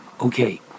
Okay